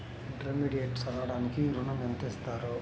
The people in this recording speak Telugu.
ఇంటర్మీడియట్ చదవడానికి ఋణం ఎంత ఇస్తారు?